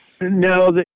No